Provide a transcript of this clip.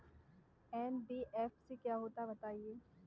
NBFC क्या होता है बताएँ?